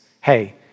Hey